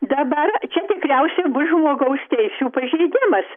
dabar tikriausiai bus žmogaus teisių pažeidimas